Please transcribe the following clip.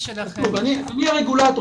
אני הרגולטור.